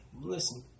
listen